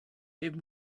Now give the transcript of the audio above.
him